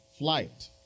Flight